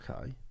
okay